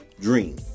dream